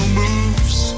moves